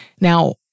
now